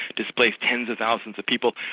displaced tens of thousands of people,